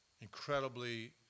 incredibly